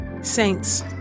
Saints